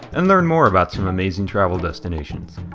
and learn more about some amazing travel destinations.